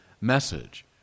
message